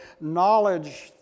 knowledge